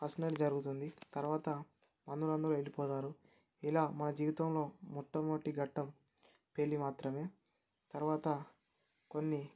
first night జరుగుతుంది తర్వాత అందురు అందులో వెళ్ళిపోతారు ఇలా మా జీవితంలో మొట్టమొదటి ఘట్టం పెళ్ళి మాత్రమే తర్వాత కొన్ని